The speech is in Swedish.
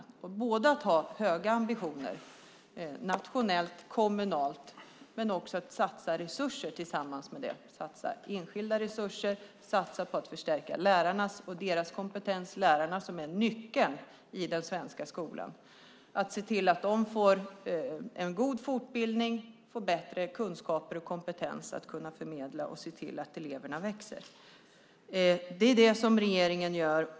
Det handlar om att ha höga ambitioner både nationellt och kommunalt men också om att samtidigt satsa resurser på det, att satsa på enskilda resurser och att satsa på att förstärka lärarnas kompetens. Det är lärarna som är nyckeln i den svenska skolan. Man måste se till att de får en god fortbildning och bättre kunskaper och kompetens att kunna förmedla kunskaper och se till att eleverna växer. Det är det som regeringen gör.